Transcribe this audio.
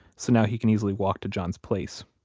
so now he can easily walk to john's place.